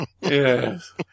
Yes